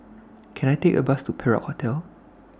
Can I Take A Bus to Perak Hotel